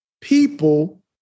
people